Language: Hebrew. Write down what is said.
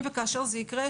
אם וכאשר זה יקרה,